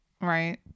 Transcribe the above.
Right